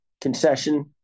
concession